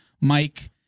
Mike